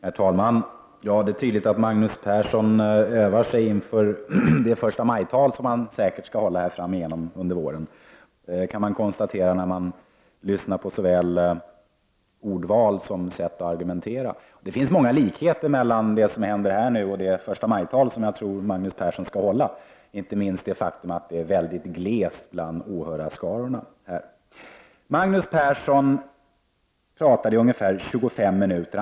Herr talman! Det är tydligt att Magnus Persson övar sig inför de förstamajtal som han helt säkert skall hålla framöver nu i vår. Det kan man konstatera när man lyssnar på såväl ordval som sätt att argumentera. Det finns många likheter mellan det som sker här i kammaren nu och de förstamajtal som jag tror att Magnus Persson skall hålla, inte minst det faktum att det är mycket glest med åhörare här. Magnus Persson talade i ungefär 25 minuter.